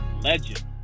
legend